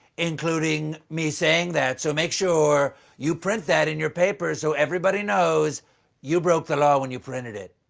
including me saying that. so make sure you print that in your papers so everybody knows you broke the law when you printed it.